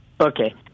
Okay